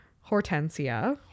Hortensia